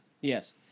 Yes